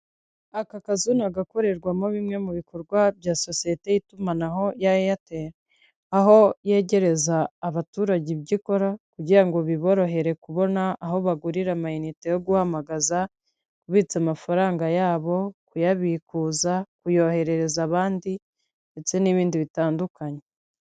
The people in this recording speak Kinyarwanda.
Aka kazu ni agakorerwamo bimwe mu bikorwa bya sosiyete y'itumanaho ya Eyateri. Aho yegereza abaturage ibyo ikora kugira ngo biborohere kubona aho bagurira amayinite yo guhamagaza, kubitsa amafaranga yabo, kuyabikuza, kuyoherereza abandi ndetse n'ibindi bitandukanye.